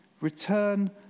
return